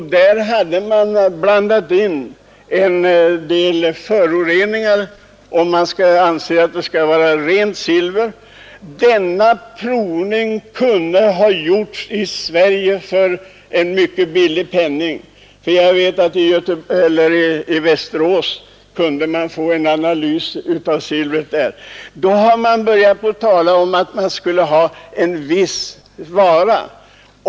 I det silvret hade blandats in en del föroreningar, och det kunde inte anses som rent silver. Den aktuella provningen kunde ha gjorts i Sverige för en mycket ringa penning, och jag vet att man kunde få en analys av silvret utförd i Västerås. Sedan har det börjat talas om att man ville ha en viss vara.